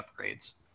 upgrades